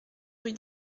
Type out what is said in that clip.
rue